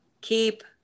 keep